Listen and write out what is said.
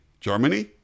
Germany